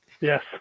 Yes